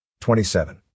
27